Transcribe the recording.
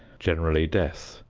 generally death,